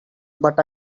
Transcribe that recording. but